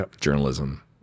journalism